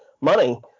money